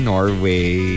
Norway